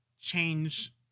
change